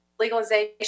legalization